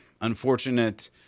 unfortunate